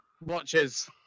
watches